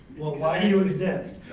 why do you exist?